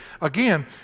Again